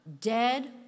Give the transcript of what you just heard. dead